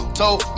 told